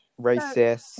racist